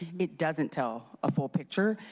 it doesn't tell a full picture.